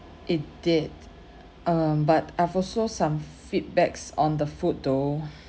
it did um but I've also some feedbacks on the food though